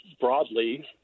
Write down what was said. Broadly